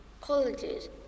colleges